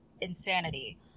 insanity